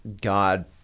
God